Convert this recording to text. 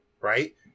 right